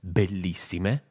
bellissime